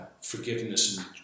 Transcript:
forgiveness